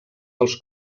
dels